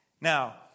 Now